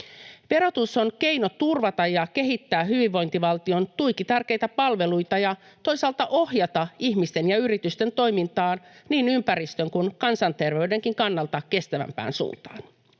Verotus on keino turvata ja kehittää hyvinvointivaltion tuiki tärkeitä palveluita ja toisaalta ohjata ihmisten ja yritysten toimintaa niin ympäristön kuin kansanterveydenkin kannalta kestävämpään suuntaan.